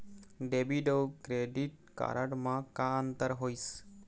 Debit अऊ credit card म का अंतर होइस?